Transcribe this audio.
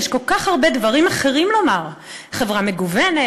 יש כל כך הרבה דברים אחרים לומר: חברה מגוונת,